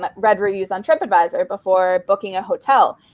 but read reviews on tripadvisor before booking a hotel,